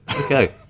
Okay